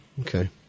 Okay